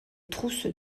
trousses